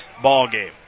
ballgame